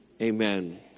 amen